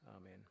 Amen